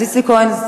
אז איציק כהן,